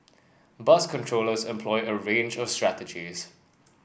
bus controllers employ a range of strategies